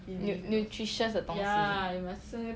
nu~ nu~ nutritious 的东西